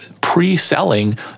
pre-selling